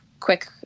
quick